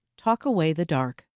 talkawaythedark